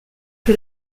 que